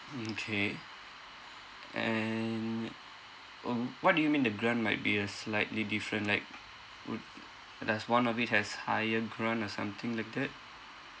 mm K and um what do you mean the grant might be uh slightly different like would does one of it has higher grant or something like that